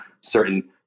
certain